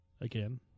again